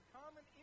common